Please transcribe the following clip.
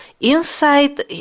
Inside